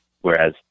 whereas